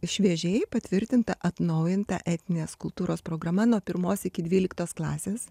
šviežiai patvirtinta atnaujinta etninės kultūros programa nuo pirmos iki dvyliktos klasės